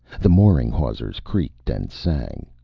the mooring hawsers creaked and sang.